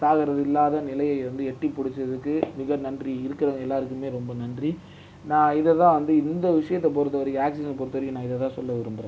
சாகிறது இல்லாத நிலையை வந்து எட்டி பிடிச்சதுக்கு மிக நன்றி இருக்கிற எல்லாேருக்குமே ரொம்ப நன்றி நான் இதை தான் வந்து இந்த விஷயத்த பொறுத்த வரைக்கும் ஆக்சிஜனை பொறுத்த வரைக்கும் நான் இதை தான் சொல்ல விரும்புகிறேன்